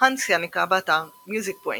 האנס יניקה, באתר MusicBrainz